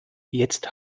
jetzt